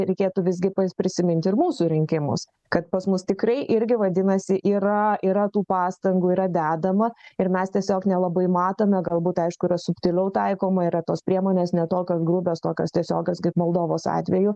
reikėtų visgi prisimint ir mūsų rinkimus kad pas mus tikrai irgi vadinasi yra yra tų pastangų yra dedama ir mes tiesiog nelabai matome galbūt aišku yra subtiliau taikoma yra tos priemonės ne tokio grubios tokios tiesiogios kaip moldovos atveju